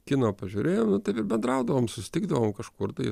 kiną pažiūrėjom ir taip ir bendraudavom susitikdavom kažkur tai